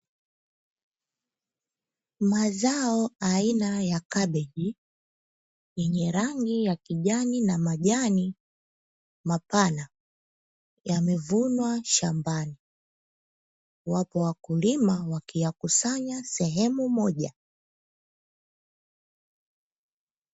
Mazao aina ya kabichi yenye rangi ya kijani na majani mapana yamevunwa shambani, wapo wakulima wakiyakusanya sehemu moja .